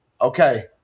okay